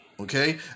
okay